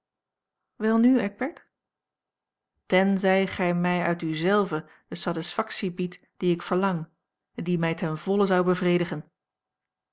een omweg tenzij gij mij uit u zelve de satisfactie biedt die ik verlang en die mij ten volle zou bevredigen